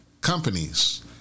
companies